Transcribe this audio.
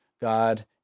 God